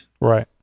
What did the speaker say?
Right